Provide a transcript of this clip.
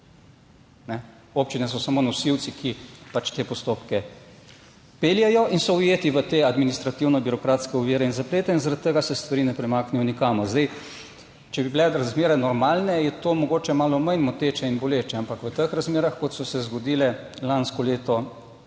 Občine so samo nosilci, ki pač te postopke peljejo in so ujeti v te administrativno birokratske ovire in zaplete in zaradi tega se stvari ne premaknejo nikamor. Zdaj, če bi bile razmere normalne, je to mogoče malo manj moteče in boleče, ampak v teh razmerah kot so se zgodile lansko leto,